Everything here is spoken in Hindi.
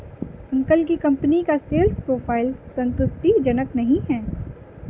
अंकल की कंपनी का सेल्स प्रोफाइल संतुष्टिजनक नही है